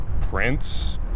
Prince